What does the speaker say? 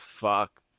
Fuck